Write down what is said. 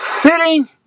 sitting